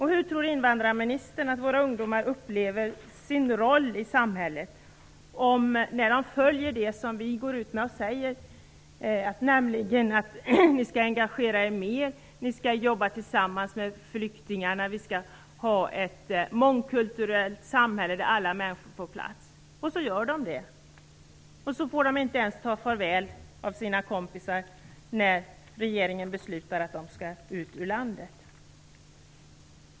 Hur tror invandrarministern att våra ungdomar upplever sin roll i samhället när de följer det som vi säger - nämligen att de skall engagera sig mer, jobba tillsammans med flyktingarna och arbeta för ett mångkulturellt samhälle där alla människor får plats - men sedan inte ens får ta farväl av sina kompisar när regeringen beslutar att dessa skall ut ur landet?